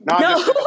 no